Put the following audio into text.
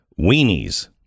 Weenies